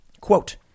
quote